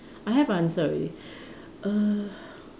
I have answer already err